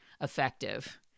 effective